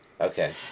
Okay